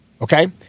Okay